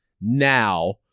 Now